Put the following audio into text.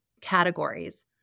categories